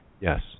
yes